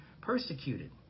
persecuted